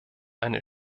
eine